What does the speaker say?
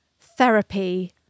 therapy